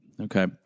Okay